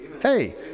Hey